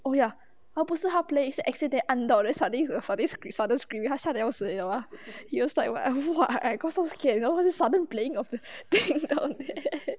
oh ya 他不是他 play 是 accident 按到 then suddenly got the this sudden screams 他吓得要死了 he was like !whoa! I I got so scared you know the sudden playing of the things down there